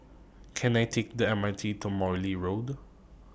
Can I Take The M R T to Morley Road